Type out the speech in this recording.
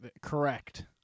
Correct